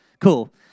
Cool